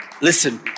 listen